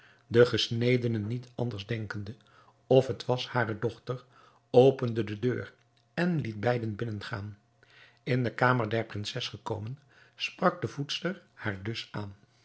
de gesnedene niet anders denkende of het was hare dochter opende de deur en liet beiden binnengaan in de kamer der prinses gekomen sprak de voedster haar dus aan